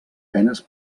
penes